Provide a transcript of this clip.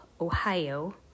Ohio